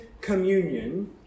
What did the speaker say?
communion